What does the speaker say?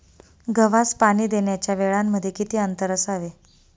गव्हास पाणी देण्याच्या वेळांमध्ये किती अंतर असावे?